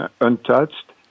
untouched